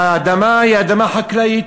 והאדמה היא אדמה חקלאית,